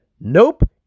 nope